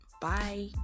bye